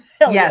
Yes